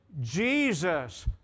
Jesus